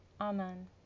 Amen